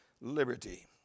liberty